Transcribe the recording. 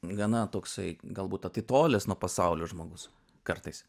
gana toksai galbūt atitolęs nuo pasaulio žmogus kartais